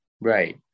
Right